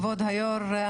כבוד היו"ר,